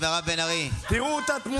מירב בן ארי, החוצה.